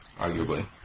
arguably